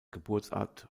geburtsort